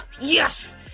Yes